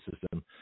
system